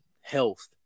health